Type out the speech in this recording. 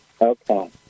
Okay